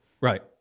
right